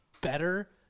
better